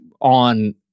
on